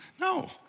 no